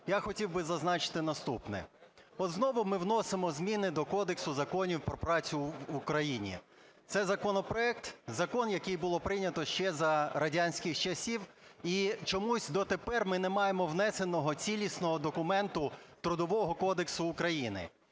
я хотів би зазначити наступне. От знову ми вносимо зміни до Кодексу законів про працю України. Це законопроект, закон, який було прийнято ще за радянських часів, і чомусь до тепер ми не маємо внесеного, цілісного документу Трудового кодексу України.